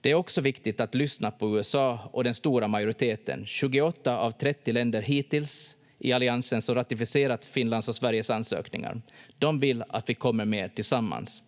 Det är också viktigt att lyssna på USA och den stora majoriteten, 28 av 30 länder hittills, i alliansen som ratificerat Finlands och Sveriges ansökningar. De vill att vi kommer med tillsammans.